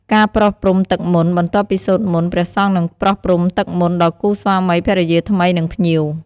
ការប្រោះព្រំទឹកមន្ត បន្ទាប់ពីសូត្រមន្ត ព្រះសង្ឃនឹងប្រោះព្រំទឹកមន្តដល់គូស្វាមីភរិយាថ្មី និងភ្ញៀវ។